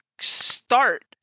start